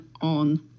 on